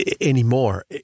anymore